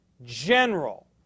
general